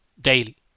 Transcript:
daily